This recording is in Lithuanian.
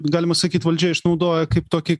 galima sakyt valdžia išnaudoja kaip tokį